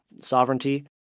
sovereignty